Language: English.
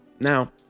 now